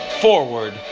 Forward